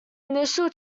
initial